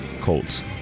Colts